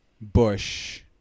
Bush